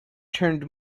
turned